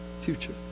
future